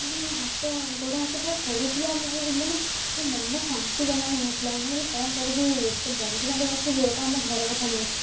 ମାନେ ମୋ ହାତ ଗୋଡ଼ ହାତ ପୁରା ଥାରୁଥିଲା ମୁଁ ଆଉ ମାନେ ମୋ ମନ ଶାନ୍ତି ଜମା ହେଉନଥିଲା ମୁଁ କହିଲି କ'ଣ କରିବି ଏତେ ବନ୍ଧୁବାନ୍ଧବ ଆସିବେ ଏଇଟା ଆମ ଘର କଥା ନୁହେଁ